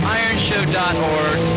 ironshow.org